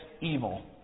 evil